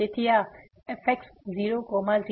તેથી આ fx00